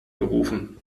gerufen